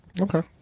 Okay